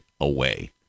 away